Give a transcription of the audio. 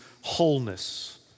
wholeness